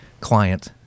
client